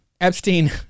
Epstein